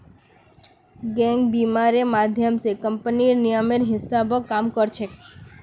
gap बीमा र माध्यम स कम्पनीर नियमेर हिसा ब काम कर छेक